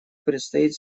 предстоит